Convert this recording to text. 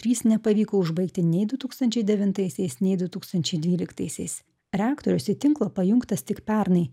trys nepavyko užbaigti nei du tūkstančiai devintaisiais nei du tūkstančiai dvyliktaisiais reaktorius į tinklą pajungtas tik pernai